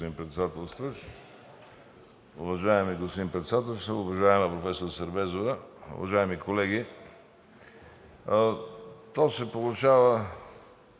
То се получава